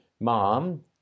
mom